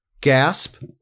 gasp